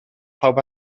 pawb